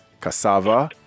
cassava